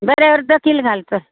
बरें अर्दो कील घाल चल